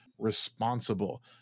Responsible